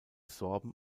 sorben